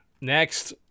Next